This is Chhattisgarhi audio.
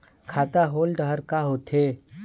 खाता होल्ड हर का होथे?